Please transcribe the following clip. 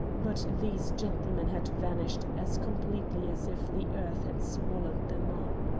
but these gentlemen had vanished as completely as if the earth had swallowed them up.